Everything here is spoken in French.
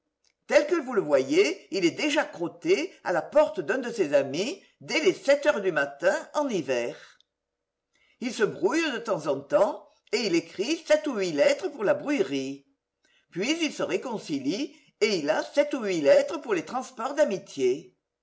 tel que vous le voyez il est déjà crotté à la porte d'un de ses amis dès les sept heures du matin en hiver il se brouille de temps en temps et il écrit sept ou huit lettres pour la brouillerie puis il se réconcilie et il a sept ou huit lettres pour les transports d'amitié